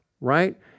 right